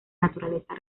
naturaleza